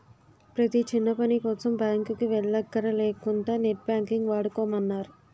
ప్రతీ చిన్నపనికోసం బాంకుకి వెల్లక్కర లేకుంటా నెట్ బాంకింగ్ వాడుకోమన్నారు